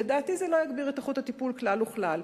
לדעתי, זה לא יגביר את איכות הטיפול כלל וכלל.